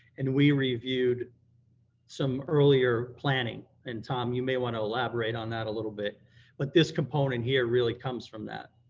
and we reviewed some earlier planning, and, tom, you may wanna elaborate on that a little bit but this component here really comes from that.